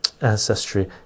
ancestry